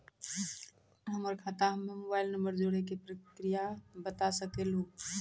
हमर खाता हम्मे मोबाइल नंबर जोड़े के प्रक्रिया बता सकें लू?